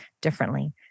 differently